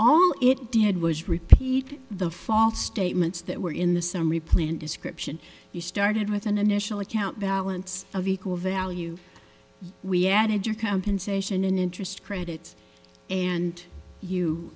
all it did was repeat the false statements that were in the summary plan description you started with an initial account balance of equal value we added your company sation and interest credits and you